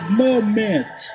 moment